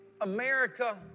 America